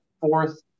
fourth